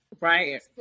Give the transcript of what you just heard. Right